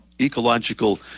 ecological